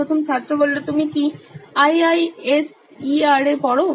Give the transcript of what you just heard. প্রথম ছাত্র তুমি কি আইআইএসইআর এ পড়ো